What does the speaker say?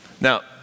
Now